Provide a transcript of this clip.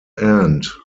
end